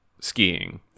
skiing